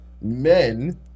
men